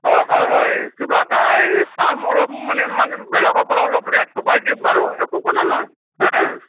হয় হয় হয় কিবা এটা এই চাম অলপ মানে মানে বেলেগৰ পৰা অলপ ৰেট কমাই দিম বাৰু একো কথা নহয়